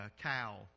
cow